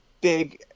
big